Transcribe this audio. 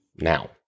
now